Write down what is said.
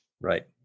Right